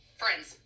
friends